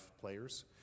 players